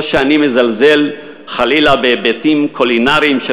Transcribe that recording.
לא שאני מזלזל חלילה בהיבטים קולינריים של